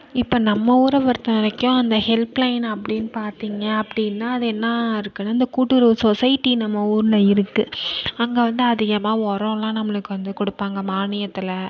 இப்போ நம்ம ஊரை பொறுத்த வரைக்கும் அந்த ஹெல்ப்லைன் அப்படின்னு பார்த்தீங்க அப்படின்னா அது என்ன இருக்குதுன்னா இந்த கூட்டுறவு சொசைட்டி நம்ம ஊரில் இருக்குது அங்கே வந்து அதிகமா உரலாம் நம்மளுக்கு வந்து கொடுப்பாங்க மானியத்தில்